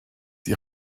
die